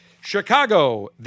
Chicago